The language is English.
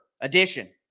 edition